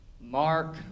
Mark